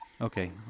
Okay